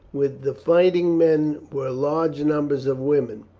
with the fighting men were large numbers of women,